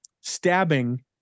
Stabbing